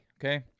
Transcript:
Okay